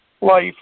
life